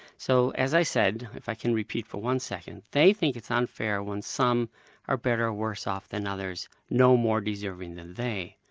so as i said, if i can repeat for one second they think it's unfair when some are better or worse off than others, no more deserving than they.